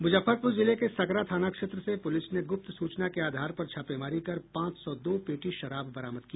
मुजफ्फरपुर जिले के सकरा थाना क्षेत्र से पुलिस ने गुप्त सूचना के आधार पर छापेमारी कर पांच सौ दो पेटी शराब बरामद किया